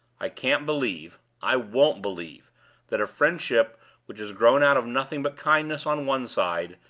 i can't believe i won't believe that a friendship which has grown out of nothing but kindness on one side,